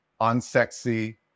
unsexy